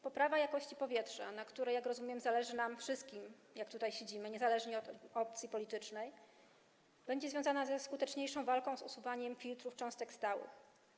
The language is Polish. Poprawa jakości powietrza, na której, jak rozumiem, zależy nam wszystkim, którzy tutaj zasiadamy, niezależnie od opcji politycznej, będzie wynikiem skuteczniejszej walki z usuwaniem filtrów cząstek stałych.